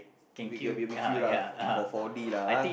we can barbecue lah for four D lah ah